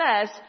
says